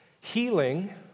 Healing